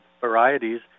varieties